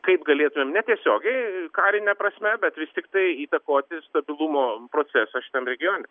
kaip galėtumėm netiesiogiai karine prasme bet vis tiktai įtakoti stabilumo procesą šitam regione